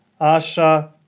Asha